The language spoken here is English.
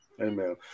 Amen